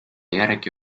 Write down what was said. järgi